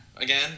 again